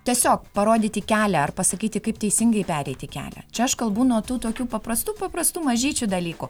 tiesiog parodyti kelią ar pasakyti kaip teisingai pereiti kelią čia aš kalbu nuo tų tokių paprastų paprastų mažyčių dalykų